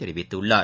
தெரிவித்துள்ளார்